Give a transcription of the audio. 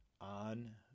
on